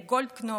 לגולדקנופ,